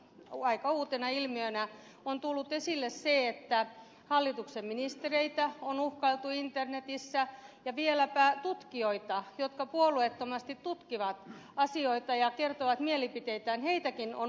nyt aika uutena ilmiönä on tullut esille se että hallituksen ministereitä on uhkailtu internetissä ja vieläpä tutkijoita jotka puolueettomasti tutkivat asioita ja kertovat mielipiteitään on uhkailtu